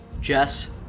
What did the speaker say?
Jess